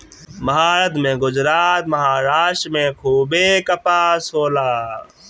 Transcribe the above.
भारत में गुजरात, महाराष्ट्र में खूबे कपास होला